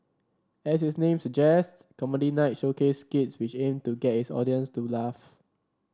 as its name suggests Comedy Night showcased skits which aimed to get its audience to laugh